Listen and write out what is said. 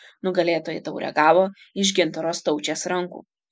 nugalėtojai taurę gavo iš gintaro staučės rankų